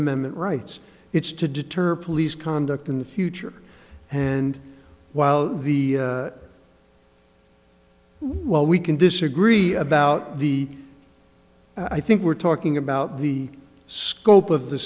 amendment rights it's to deter police conduct in the future and while the while we can disagree about the i think we're talking about the scope of the